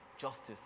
justice